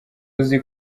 uzi